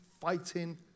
fighting